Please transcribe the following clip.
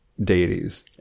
deities